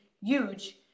huge